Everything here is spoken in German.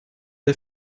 der